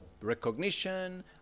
recognition